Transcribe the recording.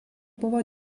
buvo